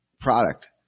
product